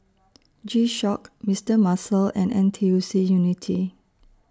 G Shock Mister Muscle and N T U C Unity